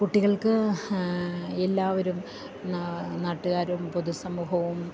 കുട്ടികൾക്ക് എല്ലാവരും നാട്ടുകാരും പൊതുസമൂഹവും